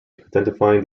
identifying